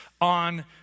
on